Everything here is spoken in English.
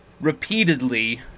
repeatedly